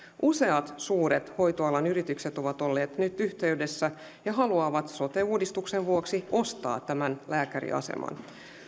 useat suuret hoitoalan yritykset ovat olleet nyt yhteydessä ja haluavat sote uudistuksen vuoksi ostaa tämän lääkäriaseman